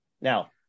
Now